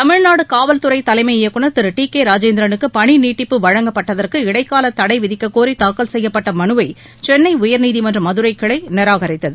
தமிழ்நாடு காவல்துறை தலைமை இயக்குநர் திரு டி கே ராஜேந்திரனுக்கு பணி நீட்டிப்பு வழங்கப்பட்டதற்கு இடைக்காலத்தடை விதிக்கக்கோரி தாக்கல் செய்யப்பட்ட மனுவை சென்னை உயர்நீதிமன்ற மதுரை கிளை நிராகரித்தது